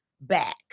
back